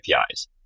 APIs